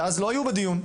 שלא היו אז בדיון,